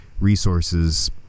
resources